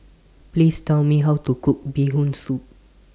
Please Tell Me How to Cook Bee Hoon Soup